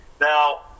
Now